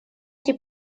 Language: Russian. эти